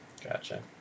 Gotcha